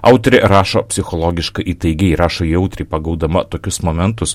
autorė rašo psichologiškai įtaigiai rašo jautriai pagaudama tokius momentus